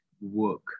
work